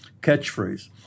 catchphrase